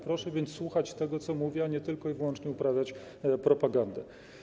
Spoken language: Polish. Proszę więc słuchać tego, co mówię, a nie tylko i wyłącznie uprawiać propagandę.